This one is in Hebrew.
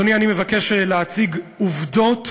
אדוני, אני מבקש להציג עובדות